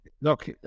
Look